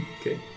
Okay